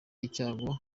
icyago